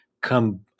come